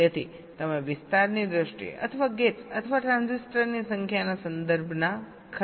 તેથી તમે વિસ્તારની દ્રષ્ટિએ અથવા ગેટ્સ અથવા ટ્રાન્ઝિસ્ટરની સંખ્યાના સંદર્ભમાં ખર્ચમાં વધારો કરી રહ્યા છો